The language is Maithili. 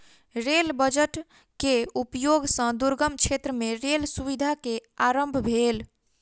रेल बजट के उपयोग सॅ दुर्गम क्षेत्र मे रेल सुविधा के आरम्भ भेल